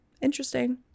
Interesting